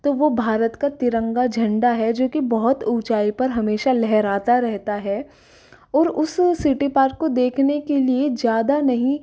तो वह भारत का तिरंगा झंडा है जो कि बहुत ऊँचाई पर हमेशा लहराता रहता है और उस सिटी पार्क को देखने के लिए ज़्यादा नहीं